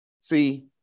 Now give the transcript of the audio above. See